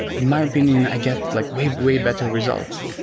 in my opinion, i get like we way better results.